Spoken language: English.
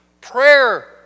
prayer